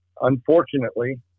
Unfortunately